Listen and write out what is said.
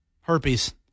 Herpes